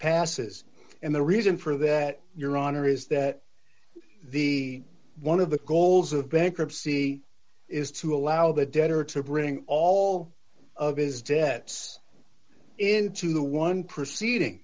passes and the reason for that your honor is that the one of the goals of bankruptcy is to allow the debtor to bring all of his debts into the one proceeding